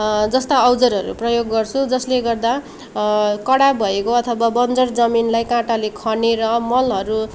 जस्ता औजारहरू प्रयोग गर्छु जसले गर्दा कडा भएको अथवा बन्जर जमिनलाई काँटाले खनेर मलहरू